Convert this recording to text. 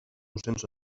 cents